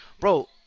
Bro